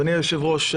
אדוני היושב-ראש,